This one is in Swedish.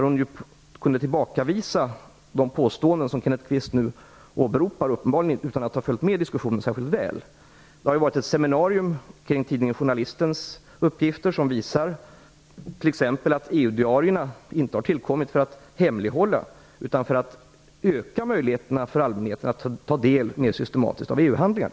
Hon kunde då tillbakavisa de påståenden som Kenneth Kvist nu åberopar, uppenbarligen utan att ha följt diskussionen särskilt väl. Det har hållits ett seminarium omkring tidningen Journalistens uppgifter, där det t.ex. visats att EU diarierna inte har tillkommit för att hemlighålla utan för att öka allmänhetens möjligheter att mer systematiskt ta del av EU-handlingar.